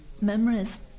memories